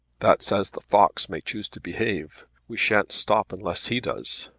that's as the fox may choose to behave. we shan't stop unless he does.